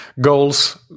goals